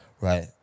right